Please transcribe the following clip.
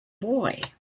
boy